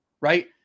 right